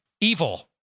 evil